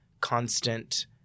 constant